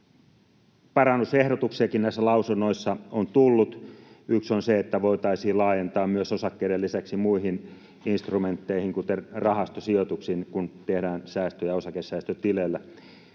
Parannusehdotuksiakin näissä lausunnoissa on tullut. Yksi on se, että voitaisiin laajentaa myös osakkeiden lisäksi muihin instrumentteihin kuten rahastosijoituksiin, kun tehdään säästöjä osakesäästötileillä.